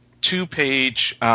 two-page